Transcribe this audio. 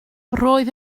roedd